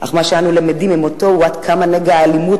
אך מה שאנו למדים ממותו הוא עד כמה נגע האלימות